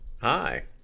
Hi